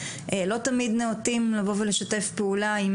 לא תמיד נאותים לבוא ולשתף פעולה עם